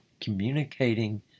communicating